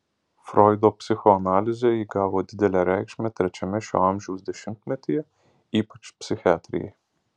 froido psichoanalizė įgavo didelę reikšmę trečiame šio amžiaus dešimtmetyje ypač psichiatrijai